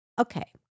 okay